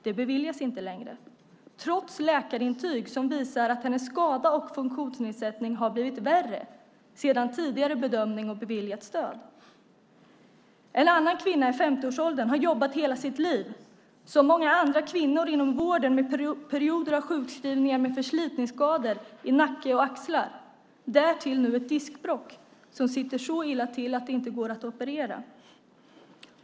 Det beviljas inte längre, trots läkarintyg som visar att hennes skada och funktionsnedsättning har blivit värre sedan tidigare bedömning om beviljat stöd. En kvinna i 50-årsåldern har som många andra kvinnor jobbat hela sitt liv inom vården. Hon har haft perioder av sjukskrivningar med förslitningsskador i nacke och axlar och därtill ett diskbråck som sitter så illa till att det inte går att operera.